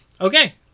okay